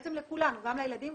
בעצם לכולם גם לילדים,